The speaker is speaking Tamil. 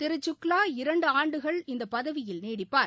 திரு சுக்லா இரண்டு ஆண்டுகள் இந்த பதவியில் நீடிப்பாள்